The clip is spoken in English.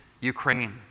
Ukraine